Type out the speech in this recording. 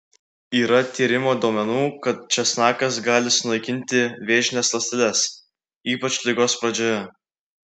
yra tyrimų duomenų kad česnakas gali sunaikinti vėžines ląsteles ypač ligos pradžioje